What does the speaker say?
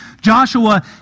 Joshua